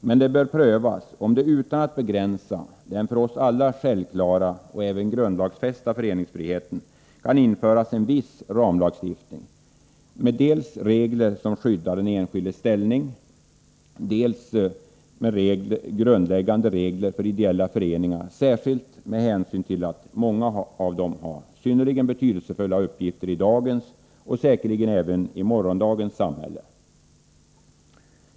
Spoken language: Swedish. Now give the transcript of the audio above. Det bör emellertid prövas om det, utan att den för oss alla självklara och även grundlagsfästa föreningsfriheten begränsas, kan införas en viss ramlagstiftning med dels regler som skyddar den enskildes ställning, dels grundläggande regler för ideella föreningar, särskilt med hänsyn till att många av dem har synnerligen betydelsefulla uppgifter i dagens — och säkerligen även i morgondagens — samhälle.